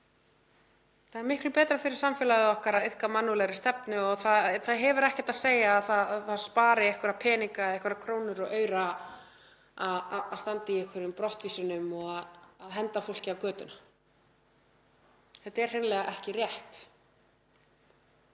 Það er miklu betra fyrir samfélagið okkar að iðka mannúðlegri stefnu. Það hefur ekkert að segja að það spari einhverja peninga eða einhverjar krónur og aura að standa í einhverjum brottvísunum og að henda fólki á götuna. Þetta er hreinlega ekki rétt.